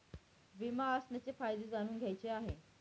विमा असण्याचे फायदे जाणून घ्यायचे आहे